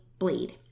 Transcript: bleed